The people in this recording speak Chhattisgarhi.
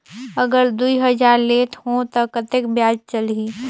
अगर दुई हजार लेत हो ता कतेक ब्याज चलही?